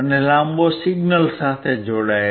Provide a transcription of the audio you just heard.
લાંબો સિગ્નલ સાથે જોડાયેલ છે